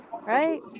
right